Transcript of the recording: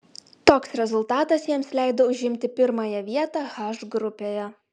toks rezultatas jiems leido užimti pirmąją vietą h grupėje